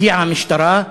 הגיעה המשטרה,